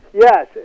Yes